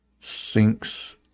sinks